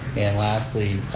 and lastly,